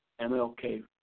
MLK